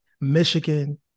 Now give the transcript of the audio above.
Michigan